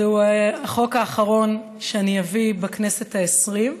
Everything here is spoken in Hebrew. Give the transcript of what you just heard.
זה החוק האחרון שאני אביא בכנסת העשרים,